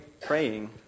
praying